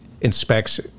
inspects